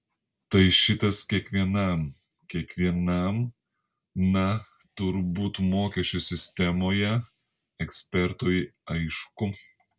tai šitas kiekvienam kiekvienam na turbūt mokesčių sistemoje ekspertui aišku